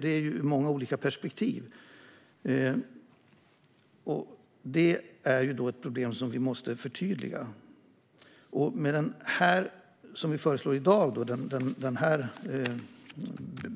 Detta är ett problem, och vi måste förtydliga vad som gäller. Med